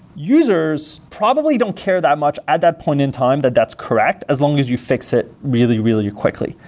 users probably don't care that much at that point in time that that's correct as long as you fix it really, really quickly.